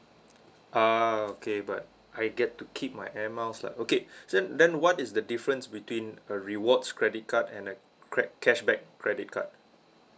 ah okay but I get to keep my air miles lah okay then then what is the difference between a rewards credit card and a cra~ cashback credit card